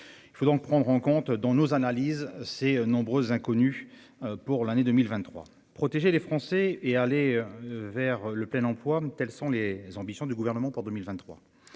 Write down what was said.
il faut donc prendre en compte, dont nos analyses ses nombreuses inconnues pour l'année 2023, protéger les Français, et aller vers le plein emploi, telles sont les ambitions du gouvernement pour 2023,